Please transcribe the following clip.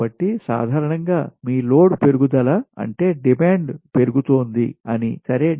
కాబట్టి సాధారణంగా మీ లోడ్ పెరుగుదల అంటే డిమాండ్ పెరుగుతోంది అని సరే